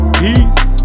peace